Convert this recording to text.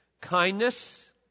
Kindness